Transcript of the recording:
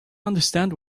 understand